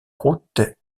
route